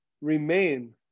remain